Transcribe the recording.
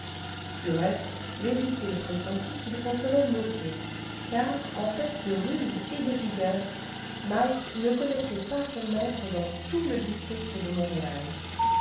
du reste les eût-il pressenties qu'il s'en serait moqué car en fait de ruse et de vigueur mike ne connaissait pas son maître dans tout le district de montréal